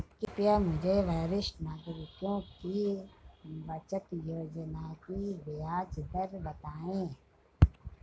कृपया मुझे वरिष्ठ नागरिकों की बचत योजना की ब्याज दर बताएं